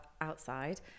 outside